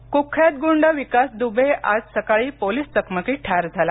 विकास दबे कुख्यात गुंड विकास दुबे आज सकाळी पोलिस चकमकीत ठार झाला